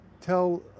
tell